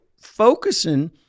focusing